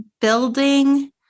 building